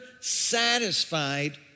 satisfied